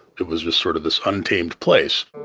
it was just sort of this untamed place